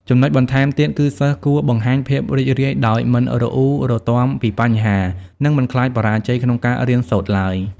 ចំណុចបន្ថែមទៀត គឺសិស្សគួរបង្ហាញភាពរីករាយដោយមិនរអ៊ូរទាំពីបញ្ហា និងមិនខ្លាចបរាជ័យក្នុងការរៀនសូត្រទ្បើយ។